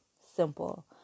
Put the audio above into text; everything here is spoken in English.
simple